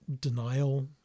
denial